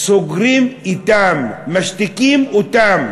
סוגרים אתן, משתיקים אותן.